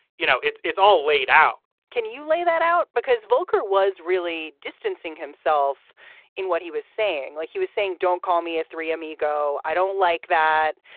you know, it's it's all laid out can you lay that out? because volcker was really distancing himself in what he was saying. like he was saying, don't call me a three amigo. i don't like that.